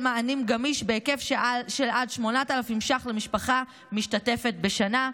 מענים גמיש בהיקף של עד 8,000 ש"ח למשפחה משתתפת בשנה.